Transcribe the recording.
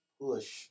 push